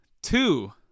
two